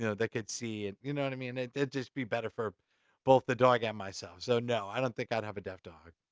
that could see, and you know what i mean? it'd just be better for both the dog and myself. so, no. i don't think i'd have a deaf dog.